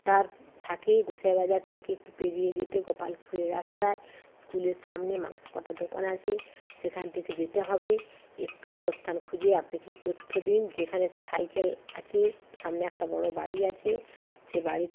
তার থেকে গোসাই বাজার থেকে একটু পেরিয়ে যেতে গোপালপুরের রাস্তায় স্কুলের সামনে মাংস কাটার দোকান আছে সেখান থেকে যেতে হবে একটু অবস্থান খুঁজে আপনি কিছু তথ্য দিন যেখানে সাইকেল আছে সামনে একটা বড় বাড়ি আছে সে বাড়ি